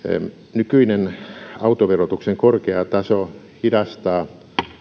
nykyinen autoverotuksen korkea taso hidastaa